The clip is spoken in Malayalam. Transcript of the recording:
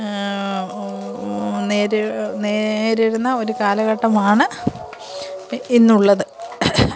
നേരിടുന്ന ഒരു കാലഘട്ടമാണ് ഇന്നുള്ളത്